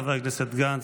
חבר הכנסת גנץ,